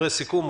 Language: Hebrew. דברי סיכום.